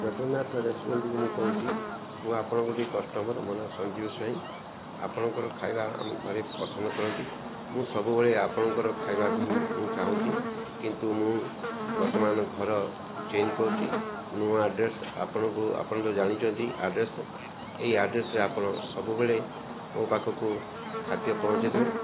ଜଗନ୍ନାଥ ରେଷ୍ଟୁରାଣ୍ଟକୁ ମୁଁ କହୁଛି ମୁଁ ଆପଣଙ୍କ ଠି କଷ୍ଟମର୍ ମୋ ନାଁ ସଂଜୀବ ସ୍ୱାଇଁ ଆପଣଙ୍କର ଖାଇବା ଆମ ଘରେ ପସନ୍ଦ କରନ୍ତି ମୁଁ ସବୁବେଳେ ଆପଣଙ୍କର ଖାଇବାବି ହିଁ ମୁଁ ଚାହୁଁଛି କିନ୍ତୁ ମୁଁ ବର୍ତ୍ତମାନ ଘର ଚେଞ୍ଜ କରୁଛି ନୂଆ ଆଡ଼୍ରେସ୍ ଆପଣଙ୍କୁ ଆପଣ ତ ଜାଣିଚନ୍ତି ଆଡ଼୍ରେସ୍ ଏଇ ଆଡ଼୍ରେସ୍ରେ ଆପଣ ସବୁବେଳେ ମୋ ପାଖକୁ ଖାଦ୍ୟ ପହଞ୍ଚାଇଦେବେ